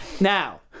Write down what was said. Now